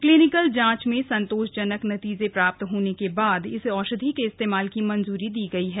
clinical जांच में संतोषजनक नतीजे प्राप्त होने के बाद इस औषधि के इस्तेमाल की मंजूरी दी गई है